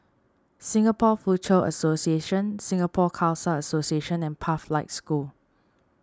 Singapore Foochow Association Singapore Khalsa Association and Pathlight School